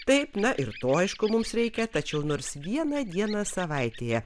taip na ir to aišku mums reikia tačiau nors vieną dieną savaitėje